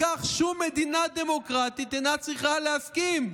לכך שום מדינה דמוקרטית אינה צריכה להסכים".